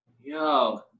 Yo